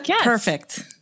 Perfect